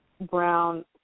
Brown